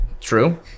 true